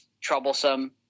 troublesome